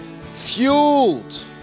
fueled